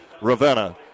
Ravenna